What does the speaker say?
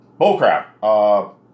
Bullcrap